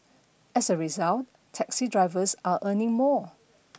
as a result taxi drivers are earning more